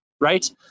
right